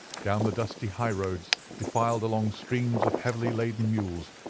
down the dusty high roads defiled long streams of heavily-laden mules,